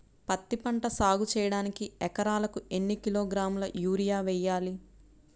పత్తిపంట సాగు చేయడానికి ఎకరాలకు ఎన్ని కిలోగ్రాముల యూరియా వేయాలి?